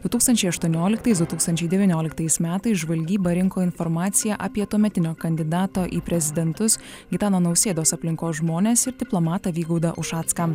du tūkstančiai aštuonioliktais du tūkstančiai devynioliktais metais žvalgyba rinko informaciją apie tuometinio kandidato į prezidentus gitano nausėdos aplinkos žmones ir diplomatą vygaudą ušacką